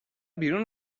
بیرون